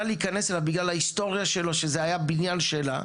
להיכנס אליו בגלל ההיסטוריה שלו שזה היה בניין שלה,